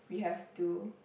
we have to